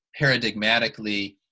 paradigmatically